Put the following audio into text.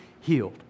healed